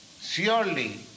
surely